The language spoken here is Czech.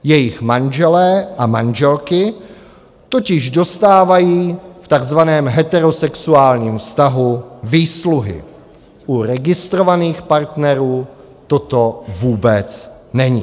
Jejich manželé a manželky totiž dostávají v takzvaném heterosexuálním vztahu výsluhy, u registrovaných partnerů toto vůbec není.